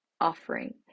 offering